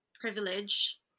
privilege